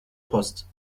post